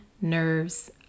nerves